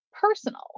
personal